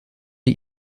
die